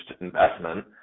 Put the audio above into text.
investment